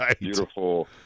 beautiful